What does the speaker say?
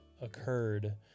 occurred